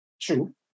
true